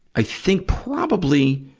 i think probably